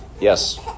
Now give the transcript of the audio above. Yes